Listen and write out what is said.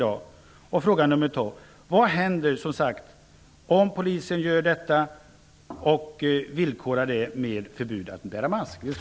Nästa fråga: Vad händer om polisen gör på nämnda sätt och villkorar det med förbud mot att bära mask?